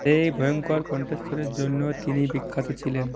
সেই ভয়ঙ্কর কন্ঠস্বরের জন্যই তিনি বিখ্যাত ছিলেন